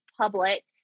public